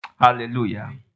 Hallelujah